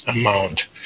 amount